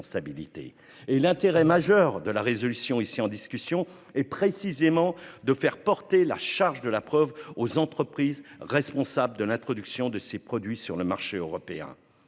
L'intérêt majeur de la résolution ici en discussion est précisément de faire porter la charge de la preuve sur les entreprises responsables de l'introduction de ces produits sur le marché européen.